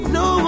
no